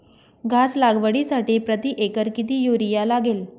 घास लागवडीसाठी प्रति एकर किती युरिया लागेल?